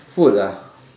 food ah